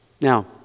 Now